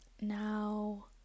Now